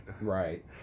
Right